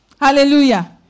Hallelujah